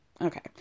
okay